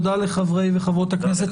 תודה לחברי וחברות הכנסת.